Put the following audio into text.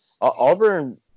Auburn